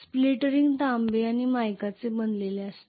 split ring तांबे आणि मायकाचे बनलेले असेल